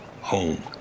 home